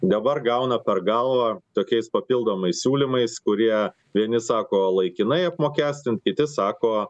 dabar gauna per galvą tokiais papildomais siūlymais kurie vieni sako laikinai apmokestint kiti sako